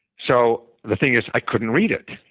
so the thing is, i couldn't read it.